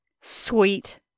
Sweet